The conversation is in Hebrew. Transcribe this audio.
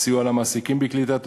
סיוע למעסיקים בקליטת עובדים,